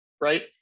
Right